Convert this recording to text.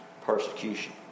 persecution